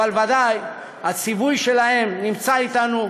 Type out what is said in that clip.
אבל ודאי הציווי שלהם נמצא איתנו,